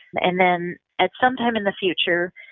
and then at some time in the future,